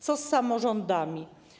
Co z samorządami?